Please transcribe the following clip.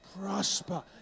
prosper